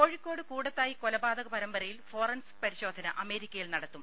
കോഴിക്കോട്ട് കൂടത്തായി കൊലപാതകപരമ്പരയിൽ ഫോറൻസിക് പ്പരിശോധന അമേരിക്കയിൽ നടത്തും